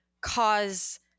cause